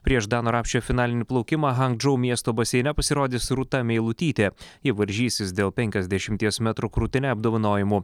prieš dano rapšio finalinį plaukimą hang džou miesto baseine pasirodys rūta meilutytė ji varžysis dėl penkiasdešimties metrų krūtine apdovanojimų